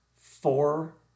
four